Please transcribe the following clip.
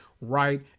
right